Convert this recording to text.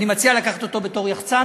אני מציע לקחת אותו בתור יחצן,